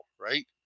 right